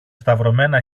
σταυρωμένα